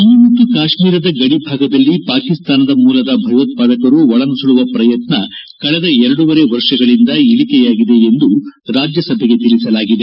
ಜಮ್ಮು ಮತ್ತು ಕಾಶ್ಮೀರದ ಗಡಿಭಾಗದಲ್ಲಿ ಪಾಕಿಸ್ತಾನ ಮೂಲದ ಭಯೋತ್ಪಾದಕರು ಒಳನುಸುಳುವ ಪ್ರಯತ್ತ ಕಳೆದ ಎರಡೂವರೆ ವರ್ಷಗಳಿಂದ ಇಳಿಕೆಯಾಗಿದೆ ಎಂದು ರಾಜ್ಯಸಭೆಗೆ ತಿಳಿಸಲಾಗಿದೆ